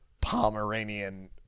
Pomeranian